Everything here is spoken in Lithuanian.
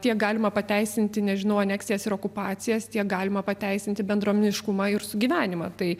kiek galima pateisinti nežinau aneksijas okupacijas tiek galima pateisinti bendruomeniškumą ir sugyvenimą tai